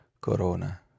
Corona